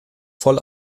voll